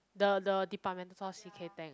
the the departmental store c_k tang ah